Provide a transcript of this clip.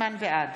בעד